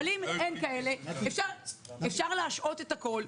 אבל אם אין כאלה, אפשר להשהות את הכול.